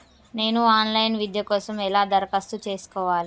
నేను online విద్య కోసం ఎలా దరఖాస్తు చేసుకోవాలి?